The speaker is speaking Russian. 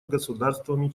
государствами